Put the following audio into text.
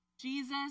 Jesus